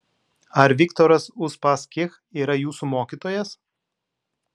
ar viktoras uspaskich yra jūsų mokytojas